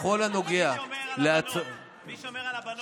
בכל הנוגע, מי שומר על הבנות?